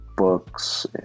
Books